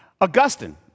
Augustine